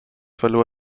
verlor